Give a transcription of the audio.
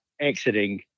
exiting